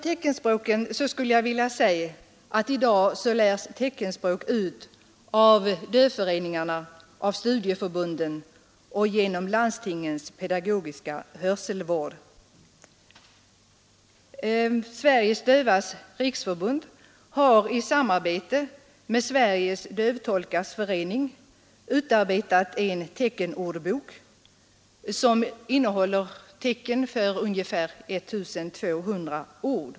Teckenspråk lärs ut av dövföreningarna, av studieförbunden och genom landstingens pedagogiska hörselvård. Sveriges dövas riksförbund har i samarbete med Sveriges dövtolkares förening utarbetat en teckenordbok som innehåller tecken för ungefär 1 200 ord.